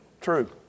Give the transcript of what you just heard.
true